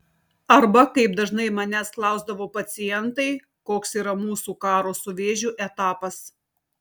arba kaip dažnai manęs klausdavo pacientai koks yra mūsų karo su vėžiu etapas